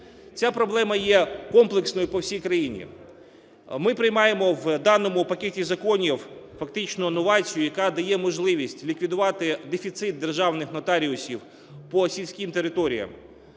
Ця проблема є комплексною по всій країні. Ми приймаємо в даному пакеті законів фактично новацію, яка дає можливість ліквідувати дефіцит державних нотаріусів по сільським територіям.